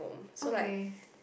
okay